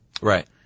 Right